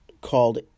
called